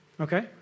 Okay